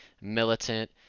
militant